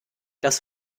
das